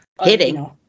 hitting